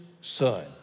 son